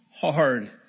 hard